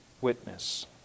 witness